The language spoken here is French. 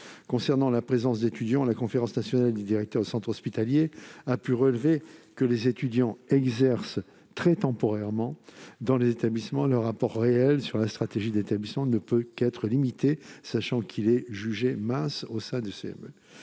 concerne la présence des étudiants, la conférence nationale des directeurs de centre hospitalier (CNDCH) a relevé que les étudiants exerçaient « très temporairement » dans les établissements et que leur apport réel sur la stratégie de l'établissement ne pouvait qu'« être limité, sachant qu'il est jugé mince au sein des CME